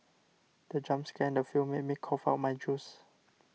the jump scare in the film made me cough out my juice